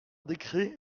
décret